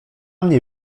mnie